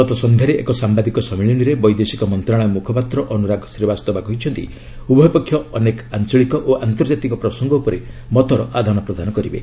ଗତ ସନ୍ଧ୍ୟାରେ ଏକ ସାମ୍ବାଦିକ ସମ୍ମିଳନୀରେ ବୈଦେଶିକ ମନ୍ତ୍ରଣାଳୟର ମୁଖ୍ୟପାତ୍ର ଅନୁରାଗ ଶ୍ରୀବାସ୍ତବା କହିଛନ୍ତି ଉଭୟ ପକ୍ଷ ଅନେକ ଆଞ୍ଚଳିକ ଓ ଆନ୍ତର୍ଜାତିକ ପ୍ରସଙ୍ଗ ଉପରେ ମତର ଆଦାନ ପ୍ରଦାନ କରିବେ